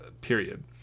period